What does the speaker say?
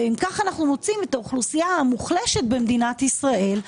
כך אנו מוצאים את האוכלוסייה המוחלשת במדינת ישראל,